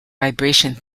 vibration